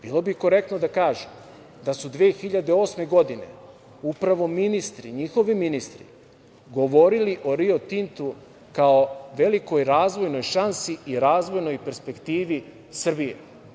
Bilo bi korektno da kažu da su 2008. godine upravo njihovi ministri govorili o Rio Tintu kao velikoj razvojnoj šansi i razvojnoj perspektivi Srbije.